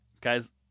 Guys